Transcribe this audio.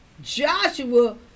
Joshua